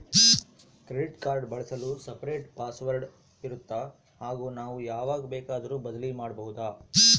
Credit card ಬಳಸಲು separate password ಇರುತ್ತಾ ಹಾಗೂ ನಾವು ಯಾವಾಗ ಬೇಕಾದರೂ ಬದಲಿ ಮಾಡಬಹುದಾ?